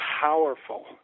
powerful